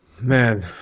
man